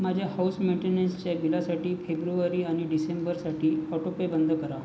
माझ्या हाउस मेंटेनन्सच्या बिलासाठी फेब्रुवारी आणि डिसेंबरसाठी ऑटो पे बंद करा